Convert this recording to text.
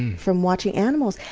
from watching animals.